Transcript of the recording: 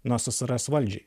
na ssr valdžiai